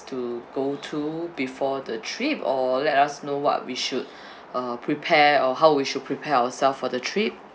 to go to before the trip or let us know what we should uh prepare or how we should prepare ourself for the trip